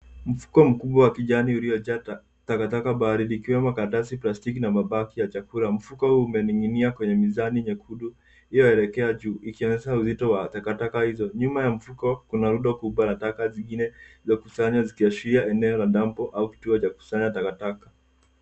Mfuko mkubwa wa kijani uliojaa takataka mbali vikiwemo karatasi, plastiki na mabaki ya chakula. Mfuko huu umening'inia kwenye mizani nyekundu iliyoelekea juu, ikionyesha uzito wa takataka hizo. Nyuma ya mfuko kuna rundo kubwa la taka zengine za kusanya zikiashiria eneo la dampu au kituo cha kusanya takataka.